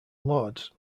lords